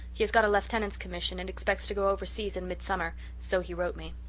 he has got a lieutenant's commission and expects to go overseas in midsummer, so he wrote me.